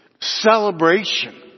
celebration